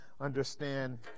understand